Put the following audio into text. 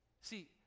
See